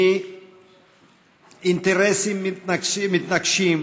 מאינטרסים מתנגשים,